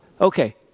Okay